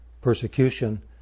persecution